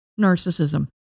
narcissism